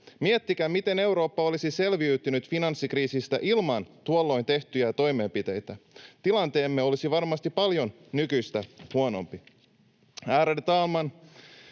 Miettikää, miten Eurooppa olisi selviytynyt finanssikriisistä ilman tuolloin tehtyjä toimenpiteitä. Tilanteemme olisi varmasti paljon nykyistä huonompi.